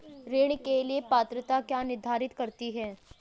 ऋण के लिए पात्रता क्या निर्धारित करती है?